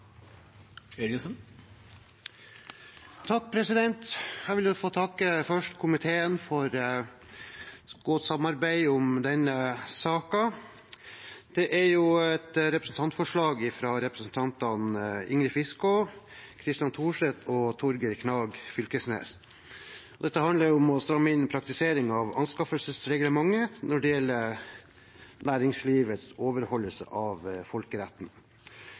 3 minutter. Jeg vil først få takke komiteen for godt samarbeid om denne saken. Det er et representantforslag fra representantene Ingrid Fiskaa, Christian Torset og Torgeir Knag Fylkesnes. Det handler om å stramme inn praktiseringen av anskaffelsesregelverket når det gjelder næringslivets overholdelse av folkeretten.